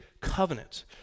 covenant